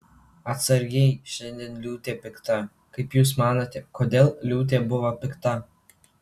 atsargiai šiandien liūtė pikta kaip jūs manote kodėl liūtė buvo pikta